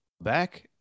Back